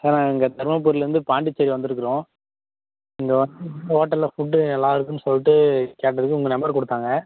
sir இங்கே தருமபுரிலேருந்து பாண்டிச்சேரி வந்துருக்கிறோம் இங்கே வந்து எந்த ஹோட்டலில் ஃபுட்டு நல்லா இருக்கும்னு சொல்லிட்டு கேட்டதுக்கு உங்கள் நம்பர் கொடுத்தாங்க